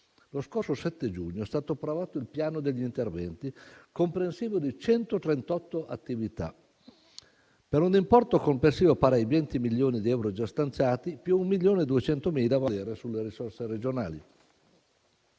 Lo scorso 7 giugno è stato approvato il piano degli interventi, comprensivo di 138 attività, per un importo complessivo pari ai 20 milioni di euro già stanziati, più 1 milione e 200.000 euro a valere sulle risorse regionali.